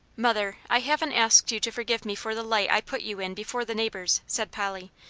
mother, i haven't asked you to forgive me for the light i put you in before the neighbours, said polly,